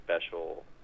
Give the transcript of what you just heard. special